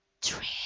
Three